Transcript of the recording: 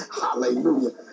hallelujah